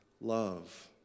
love